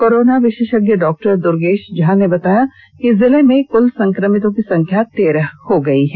corona विशेषज्ञ doctor Durgesh Jha ने बताया कि जिले में कुल संक्रमितों की संख्या तेरह हो गयी है